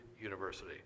University